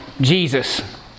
Jesus